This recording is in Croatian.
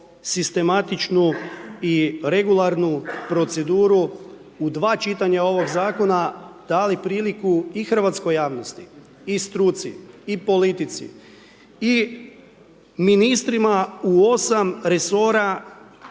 sistematičnu i regularnu proceduru u dva čitanja ovog zakona dali priliku i hrvatskoj javnosti i struci i politici i ministrima u 8 resora